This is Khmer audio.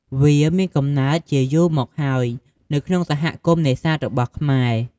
វាមានកំណើតជាយូរមកហើយ នៅក្នុងសហគមន៍នេសាទរបស់ខ្មែរ។